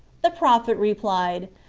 the prophet replied,